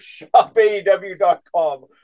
shopaew.com